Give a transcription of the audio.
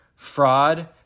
fraud